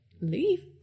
leave